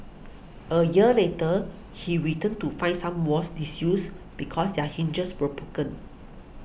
a year later he returned to find some walls disused because their hinges were broken